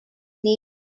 name